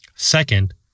Second